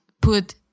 put